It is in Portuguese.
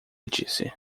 disse